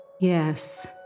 Yes